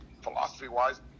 philosophy-wise